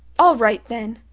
all right, then,